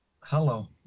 hello